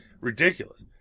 ridiculous